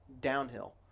downhill